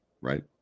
Right